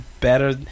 better